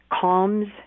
calms